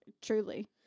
Truly